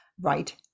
right